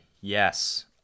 Yes